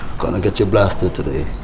going to get you blasted today.